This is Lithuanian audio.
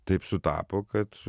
taip sutapo kad